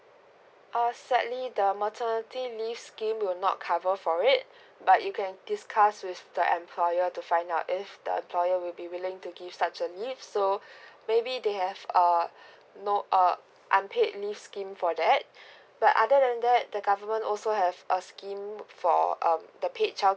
ah slightly the maternity leave scheme will not cover for it but you can discuss with the employer to find out if the employer will be willing to give such a leave so maybe they have uh no uh unpaid leave scheme for that but other than that the government also have a scheme for um the paid